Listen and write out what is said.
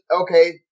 okay